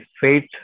faith